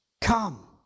Come